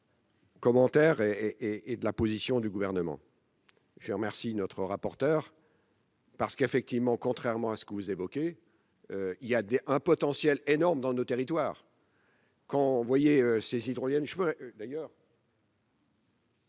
Commentaire et et de la position du gouvernement, je remercie notre rapporteur. Parce qu'effectivement, contrairement à ce que vous évoquez, il y a un potentiel énorme dans nos territoires. Quand vous voyez ces hydroliennes je peux d'ailleurs.